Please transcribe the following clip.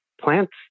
plants